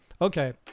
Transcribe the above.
okay